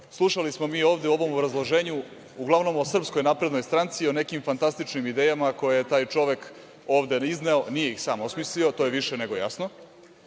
Slušali smo mi ovde u ovom obrazloženju uglavnom o SNS i o nekim fantastičnim idejama koje je taj čovek ovde izneo, a nije ih sam osmislio, što je više nego jasno,